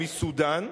מסודן,